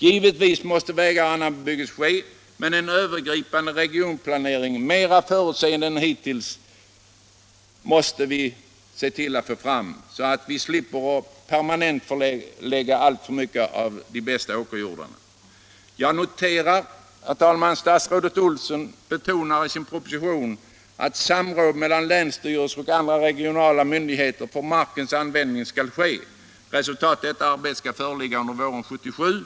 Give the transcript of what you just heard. Givetvis måste vägar anläggas och annan bebyggelse ske, men vi måste få till stånd en övergripande regionplanering som är mera förutseende än hittills, så att vi slipper att permanent belägga alltför mycket av de bästa åkerjordarna. Jag noterar, herr talman, att statsrådet Olsson i sin proposition betonar att samråd mellan länsstyrelse och andra regionala myndigheter för markens användning skall ske. Resultatet av detta arbete skall föreligga under våren 1977.